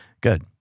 Good